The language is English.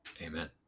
Amen